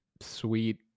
sweet